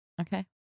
Okay